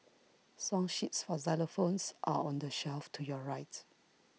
song sheets for xylophones are on the shelf to your right